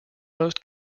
most